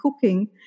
cooking